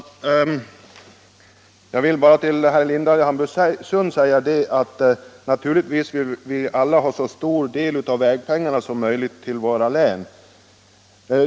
Herr talman! Jag vill bara till herr Lindahl i Hamburgsund säga att vi alla naturligtvis vill ha så stor del av vägpengarna som möjligt till våra län.